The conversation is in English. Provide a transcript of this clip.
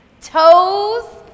toes